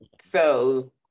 So-